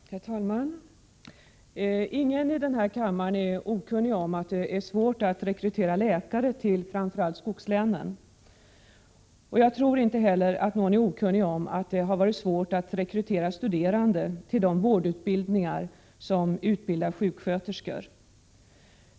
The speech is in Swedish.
Herr talman! Ingen i den här kammaren är okunnig om att det är svårt att rekrytera läkare till framför allt skogslänen. Jag tror heller inte att någon är okunnig om att det har varit svårt att rekrytera studerande till de vårdutbildningar där man utbildar sjuksköterskor.